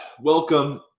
Welcome